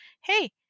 hey